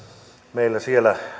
meillä siellä